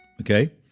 okay